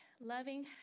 loving